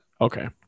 Okay